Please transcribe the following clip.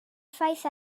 effaith